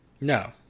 No